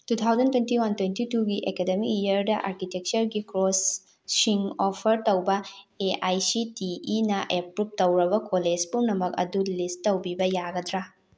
two thousand twenty one twenty ꯇꯨꯒꯤ academic ꯏꯌꯥꯔꯗ ꯑꯥꯔꯀꯤꯇꯦꯛꯆꯔꯒꯤ ꯀꯣꯔꯁꯁꯤꯡ ꯑꯣꯐꯔ ꯇꯧꯕ ꯑꯦ ꯑꯥꯏ ꯁꯤ ꯇꯤ ꯏꯅ ꯑꯦꯄ꯭ꯔꯨꯞ ꯇꯧꯔꯕ ꯀꯣꯂꯦꯖ ꯄꯨꯝꯅꯃꯛ ꯑꯗꯨ ꯂꯤꯁ ꯇꯧꯕꯤꯕ ꯌꯥꯒꯗ꯭ꯔꯥ